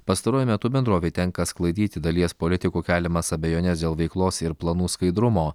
pastaruoju metu bendrovei tenka sklaidyti dalies politikų keliamas abejones dėl veiklos ir planų skaidrumo